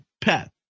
pet